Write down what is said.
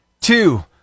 two